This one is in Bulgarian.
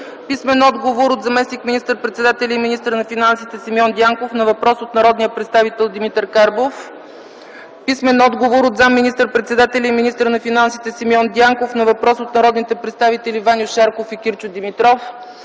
писмен отговор от заместник министър-председателя и министър на финансите Симеон Дянков на въпрос от народния представител Димитър Карбов; - писмен отговор от заместник министър-председателя и министър на финансите Симеон Дянков на въпрос от народните представители Ваньо Шарков и Кирчо Димитров;